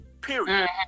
period